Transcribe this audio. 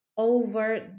over